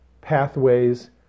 pathways